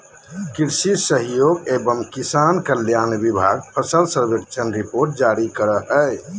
कृषि सहयोग एवं किसान कल्याण विभाग फसल सर्वेक्षण रिपोर्ट जारी करो हय